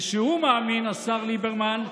וכן שהוא מאמין, השר ליברמן,